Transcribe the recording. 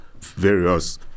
various